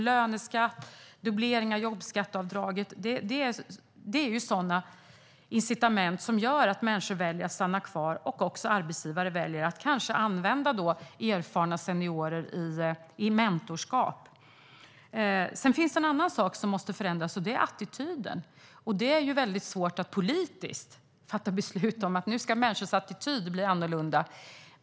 Löneskatt och dubblering av jobbskatteavdraget är incitament som gör att människor väljer att stanna kvar och att arbetsgivare kanske väljer att använda erfarna seniorer i mentorskap. Sedan finns det en annan sak som måste förändras, och det är attityden. Det är väldigt svårt att politiskt fatta beslut om att människors attityd ska bli annorlunda.